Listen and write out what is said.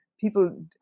people